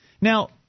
Now